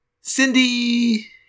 Cindy